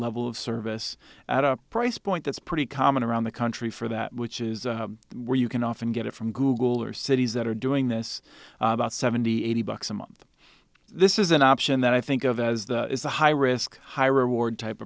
level of service at a price point that's pretty common around the country for that which is where you can often get it from google or cities that are doing this about seventy eighty bucks a month this is an option that i think of as a high risk high reward type